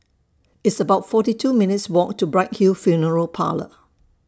It's about forty two minutes' Walk to Bright Hill Funeral Parlour